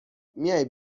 میای